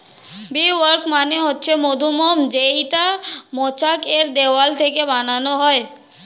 bee wax মানে হচ্ছে মধুমোম যেইটা মৌচাক এর দেওয়াল থেকে বানানো হয়